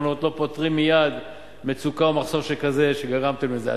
אני מכיר את זה.